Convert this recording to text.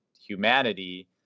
humanity